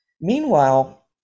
Meanwhile